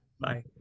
Bye